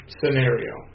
scenario